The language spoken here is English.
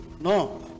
No